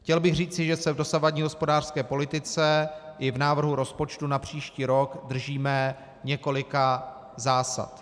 Chtěl bych říci, že se v dosavadní hospodářské politice i v návrhu rozpočtu na příští rok držíme několika zásad.